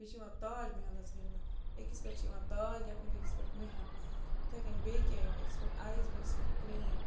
بیٚیہِ چھِ یِوان تاج محلَس گِنٛدنہٕ أکِس پٮ۪ٹھ چھِ یِوان تاج لٮ۪کھنہٕ بیٚکِس پٮ۪ٹھ محل یِتھَے کٔنۍ بیٚیہِ کیٚنٛہہ یِوان أکِس پٮ۪ٹھ آیِس بیٚکِس پٮ۪ٹھ کرٛیٖم